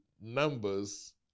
numbers